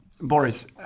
Boris